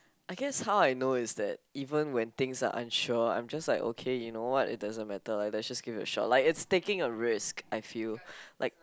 I guess how I know is that even when things are unsure I'm just like okay you know what it doesn't matter like let's just give it a shot like it's take a risk I feel like